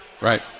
Right